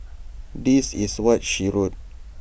this is what she wrote